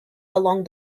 along